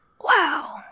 Wow